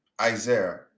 Isaiah